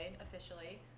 officially